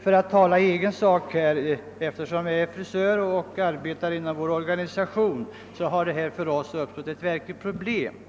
För att tala i egen sak — jag är frisör och arbetar inom vår organisation — vill jag säga, att det för oss i detta avseende har uppstått ett verkligt problem.